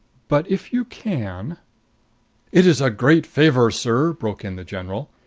but if you can it is a great favor, sir! broke in the general.